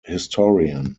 historian